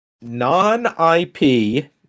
non-IP